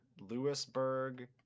Lewisburg